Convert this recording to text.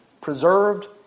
preserved